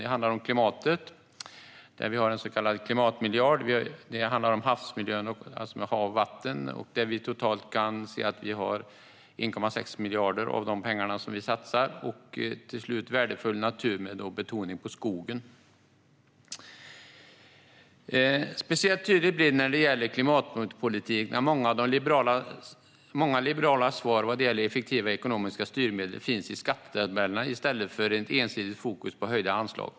Det handlar om klimatet, där vi har en så kallad klimatmiljard, om havsmiljön - alltså om hav och vatten - där vi lägger totalt 1,6 miljarder samt om värdefull natur, med betoning på skogen. I klimatpolitiken blir det speciellt tydligt att många liberala svar vad gäller effektiva ekonomiska styrmedel finns i skattetabellerna och inte i form av ett ensidigt fokus på höjda anslag.